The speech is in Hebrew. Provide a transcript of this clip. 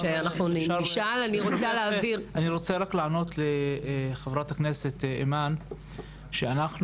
מבקש לענות לחברת הכנסת אימאן, אנחנו,